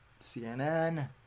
CNN